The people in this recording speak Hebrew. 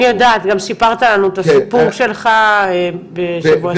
אני יודעת, גם סיפרת לנו את הסיפור שלך שבוע שעבר.